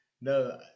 No